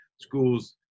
schools